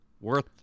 worth